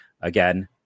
again